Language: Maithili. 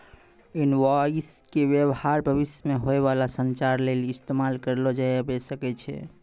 इनवॉइस के व्य्वहार भविष्य मे होय बाला संचार लेली इस्तेमाल करलो जाबै सकै छै